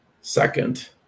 Second